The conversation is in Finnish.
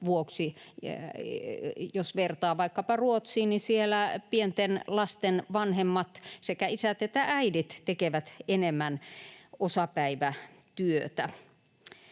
Jos vertaa vaikkapa Ruotsiin, niin siellä pienten lasten vanhemmat, sekä isät että äidit, tekevät enemmän osapäivätyötä.